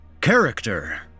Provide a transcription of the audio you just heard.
character